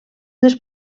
dels